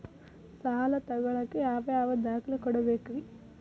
ಸಾಲ ತೊಗೋಳಾಕ್ ಯಾವ ಯಾವ ದಾಖಲೆ ಕೊಡಬೇಕ್ರಿ?